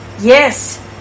Yes